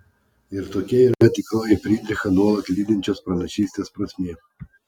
ir tokia yra tikroji frydrichą nuolat lydinčios pranašystės prasmė